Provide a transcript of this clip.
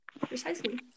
Precisely